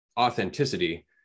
authenticity